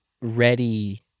ready